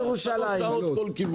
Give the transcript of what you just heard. שלוש שעות כל כיוון.